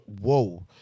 whoa